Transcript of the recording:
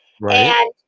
Right